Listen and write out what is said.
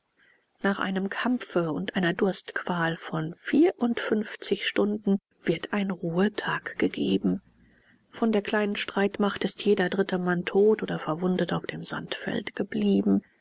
nach einem kampfe und einer durstqual von vierundfünfzig stunden wird ein ruhetag gegeben von der kleinen streitmacht ist jeder dritte mann tot oder verwundet auf dem sandfelde geblieben